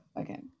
okay